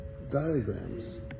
diagrams